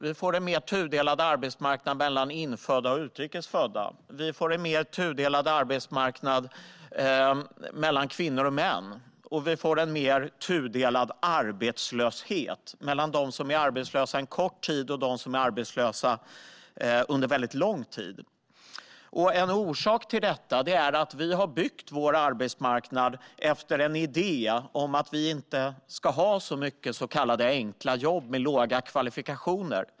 Vi får en mer tudelad arbetsmarknad mellan infödda och utrikes födda. Vi får en mer tudelad arbetsmarknad mellan kvinnor och män. Vi får också en mer tudelad arbetslöshet mellan dem som är arbetslösa en kort tid och dem som är arbetslösa under lång tid. En orsak till detta är att vi har byggt vår arbetsmarknad på idén att vi inte ska ha så många så kallade enkla jobb med låga kvalifikationskrav.